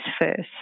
first